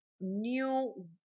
new